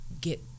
get